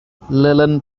lennon